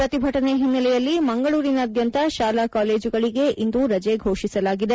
ಪ್ರತಿಭಟನೆ ಹಿನ್ನೆಲೆಯಲ್ಲಿ ಮಂಗಳೂರಿನಾದ್ಯಂತ ಶಾಲಾ ಕಾಲೇಜುಗಳಿಗೆ ಇಂದು ರಜೆ ಘೊಷಿಸಲಾಗಿದೆ